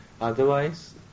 otherwise